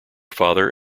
father